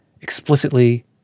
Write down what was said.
explicitly